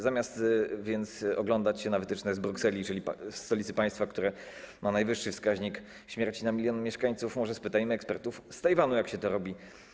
Zamiast więc oglądać się na wytyczne z Brukseli, czyli stolicy państwa, które ma najwyższy wskaźnik śmierci na 1 mln mieszkańców, może spytajmy ekspertów z Tajwanu, jak to się robi.